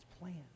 plan